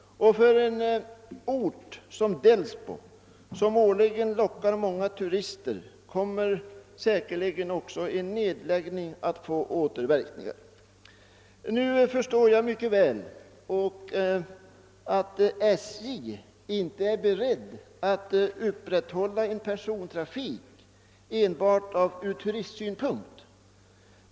För en ort som Delsbo, som årligen lockar många turister, kommer sannolikt också en nedläggning att få återverkningar. Jag förstår mycket väl att statens järnvägar inte är beredda att upprätthålla en persontrafik enbart med tanke på turismen.